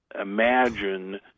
imagine